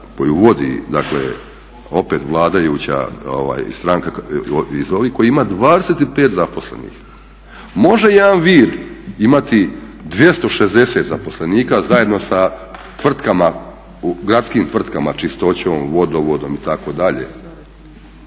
koju vodi dakle opet vladajuća stranka …/Govornik se ne razumije./… koja ima 25 zaposlenih. Može jedan Vir imati 260 zaposlenika zajedno sa tvrtkama, gradskim tvrtkama čistoćom, vodovodom itd., jer